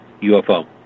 UFO